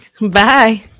bye